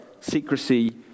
secrecy